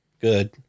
good